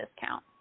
discount